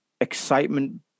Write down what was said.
excitement